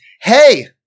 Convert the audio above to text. hey